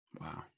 Wow